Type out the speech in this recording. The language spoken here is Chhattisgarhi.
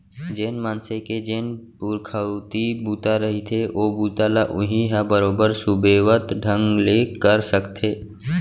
जेन मनसे के जेन पुरखउती बूता रहिथे ओ बूता ल उहीं ह बरोबर सुबेवत ढंग ले कर सकथे